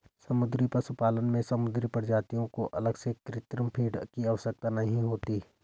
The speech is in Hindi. समुद्री पशुपालन में समुद्री प्रजातियों को अलग से कृत्रिम फ़ीड की आवश्यकता नहीं होती